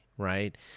right